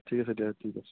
ঠিক আছে দিয়া ঠিক আছে